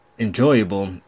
enjoyable